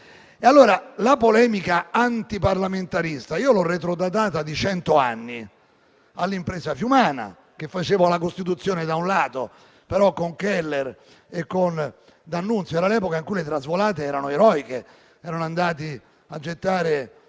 la polemica antiparlamentarista di cento anni, all'impresa fiumana, che faceva la costituzione, sì, ma con Keller e con D'Annunzio (era l'epoca in cui le trasvolate erano eroiche: erano andati a gettare